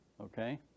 Okay